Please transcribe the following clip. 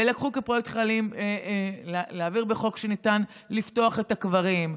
ולקחו כפרויקט חיים להעביר בחוק שניתן לפתוח את הקברים,